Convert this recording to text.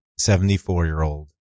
74-year-old